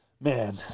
Man